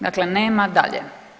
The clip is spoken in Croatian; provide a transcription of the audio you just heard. Dakle nema dalje.